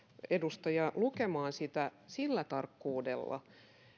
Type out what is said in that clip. edustajia lukemaan sitä sillä tarkkuudella